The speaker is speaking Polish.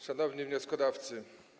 Szanowni Wnioskodawcy!